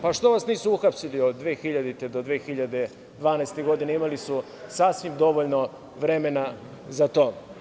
Pa, što vas nisu uhapsili od 2000. do 2012. godine, imali su sasvim dovoljno vremena za to.